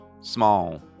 small